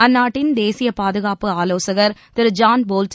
அந்நாட்டின் தேசிய பாதுகாப்பு ஆலோசகர் திரு ஜான் போல்டன்